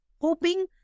hoping